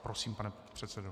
Prosím, pane předsedo.